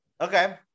Okay